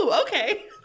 okay